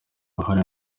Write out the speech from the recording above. uruhare